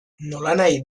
nolanahi